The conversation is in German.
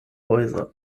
häuser